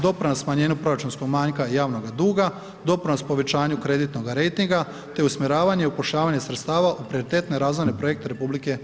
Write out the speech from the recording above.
Doprinos smanjenja proračunskog manjka i javnoga duga, doprinos povećanju kreditnoga rejtinga te usmjeravanja i upošljavanje sredstava u prioritetne razvojne projekte RH.